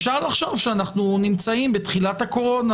אפשר לחשוב שאנחנו נמצאים בתחילת הקורונה,